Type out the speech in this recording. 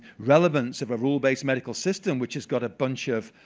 relevance of a rule-based medical system which has got a bunch of